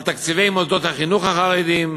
על תקציבי מוסדות החינוך החרדיים,